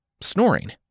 snoring